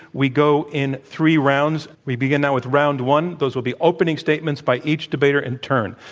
we go in three rounds. we begin now with round one. those will be opening statements by each debater in turn.